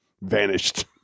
vanished